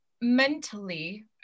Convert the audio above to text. mentally